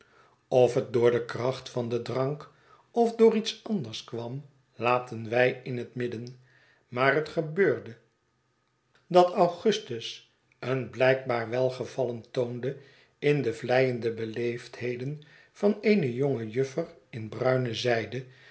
of net door de kracht van den drank of door iets anders kwam laten wij in het midden maar het gebeurde dat augustus een blijkbaar welgevallen toonde in de vleiende beleefdheden van eene jonge juffer in bruine zijde